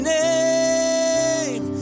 name